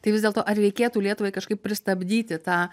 tai vis dėlto ar reikėtų lietuvai kažkaip pristabdyti tą